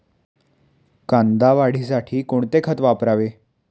कांदा वाढीसाठी कोणते खत वापरावे?